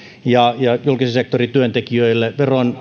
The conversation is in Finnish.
ja julkisen sektorin työntekijöille